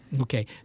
Okay